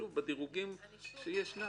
שוב, בדרוגים שאפשר.